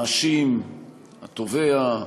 המאשים, התובע,